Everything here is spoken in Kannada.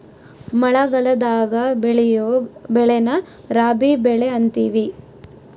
ಮಳಗಲದಾಗ ಬೆಳಿಯೊ ಬೆಳೆನ ರಾಬಿ ಬೆಳೆ ಅಂತಿವಿ